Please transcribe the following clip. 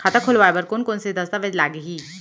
खाता खोलवाय बर कोन कोन से दस्तावेज लागही?